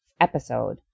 episode